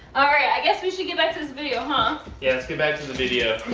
alright, i guess we should get back to this video huh. yeah, let's get back to the video.